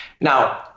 Now